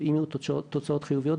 אם יהיו תוצאות חיוביות,